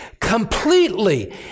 completely